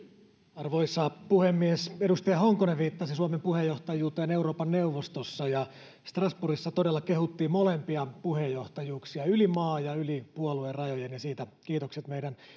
arvoisa puhemies edustaja honkonen viittasi suomen puheenjohtajuuteen euroopan neuvostossa strasbourgissa todella kehuttiin molempia puheenjohtajuuksia yli maan ja yli puoluerajojen ja siitä kiitokset meidän